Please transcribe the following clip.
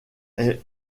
est